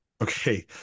Okay